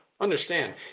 understand